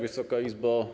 Wysoka Izbo!